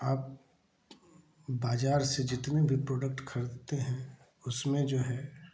आप बाजार से जितने भी प्रोडक्ट खरीदते हैं उसमें जो है